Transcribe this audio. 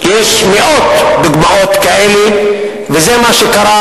יש מאות דוגמאות כאלה, וזה מה שקרה.